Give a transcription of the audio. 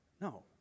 No